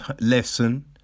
lesson